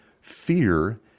Fear